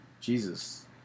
Jesus